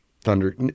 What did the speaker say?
thunder